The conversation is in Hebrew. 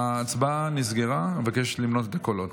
ההצבעה נסגרה, אבקש למנות את הקולות.